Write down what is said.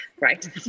right